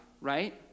right